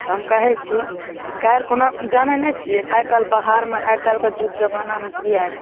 हम कहैत छी काल्हि खुना जानैत नहि छियै आइकाल्हि बाहरमे आइकाल्हि कऽ जुग जबानामे की